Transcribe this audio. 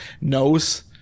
knows